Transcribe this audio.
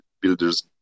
Builders